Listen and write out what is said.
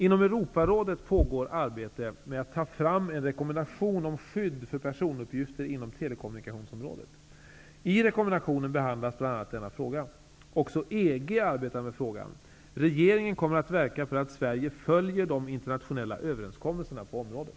Inom Europarådet pågår arbete med att ta fram en rekommendation om skydd för personuppgifter inom telekommunikationsområdet. I rekommendationen behandlas bl.a. denna fråga. Också EG arbetar med frågan. Regeringen kommer att verka för att Sverige följer de internationella överenskommelserna på området.